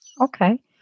Okay